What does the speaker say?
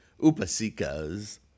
upasikas